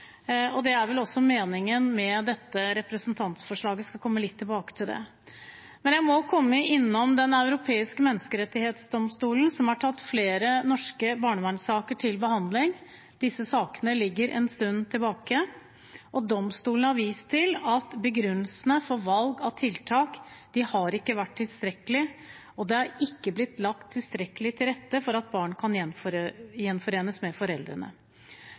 og det er vel også meningen med dette representantforslaget. Jeg skal komme litt tilbake til det. Men jeg må inn på Den europeiske menneskerettsdomstol, som har tatt flere norske barnevernssaker til behandling. Disse sakene ligger en stund tilbake. Domstolen har vist til at begrunnelsene for valg av tiltak ikke har vært tilstrekkelige, og det er ikke blitt lagt tilstrekkelig til rette for at barn kan gjenforenes med foreldrene.